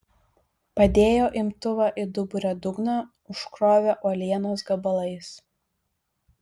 padėjo imtuvą į duburio dugną užkrovė uolienos gabalais